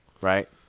right